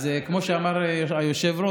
אז כמו שאמר היושב-ראש,